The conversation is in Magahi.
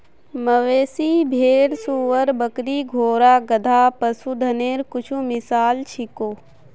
मवेशी, भेड़, सूअर, बकरी, घोड़ा, गधा, पशुधनेर कुछु मिसाल छीको